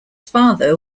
father